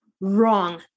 wrong